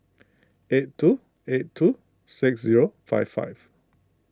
eight two eight two six zero five five